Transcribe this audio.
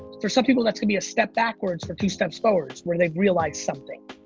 for some people, that's gonna be a step backwards, for two steps forwards, whether they've realized something.